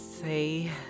say